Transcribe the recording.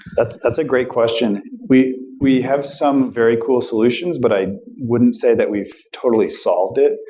that's that's a great question. we we have some very cool solutions, but i wouldn't say that we've totally solved it.